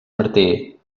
martí